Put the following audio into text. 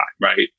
right